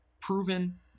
proven